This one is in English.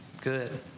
Good